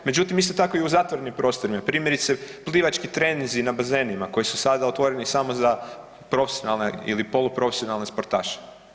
Međutim, isto tako i u zatvorenim prostorima primjerice plivački treninzi na bazenima koji su sada otvoreni samo za profesionalne ili poluprofesionalne sportaše.